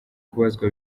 kubaza